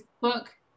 book